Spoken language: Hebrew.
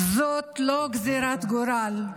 זאת לא גזרת גורל,